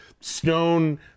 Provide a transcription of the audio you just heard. stone